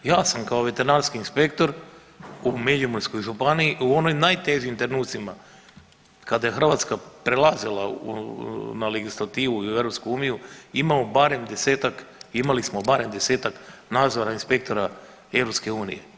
Ja sam kao veterinarski inspektor u Međimurskoj županiji, u onoj najtežim trenucima kada je Hrvatska prelazila na legislativu i u EU imao barem 10-ak, imali smo barem 10-ak nadzora inspektora EU.